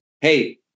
hey